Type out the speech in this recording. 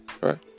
right